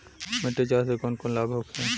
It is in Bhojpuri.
मिट्टी जाँच से कौन कौनलाभ होखे?